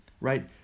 right